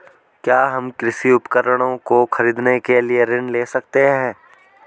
क्या हम कृषि उपकरणों को खरीदने के लिए ऋण ले सकते हैं?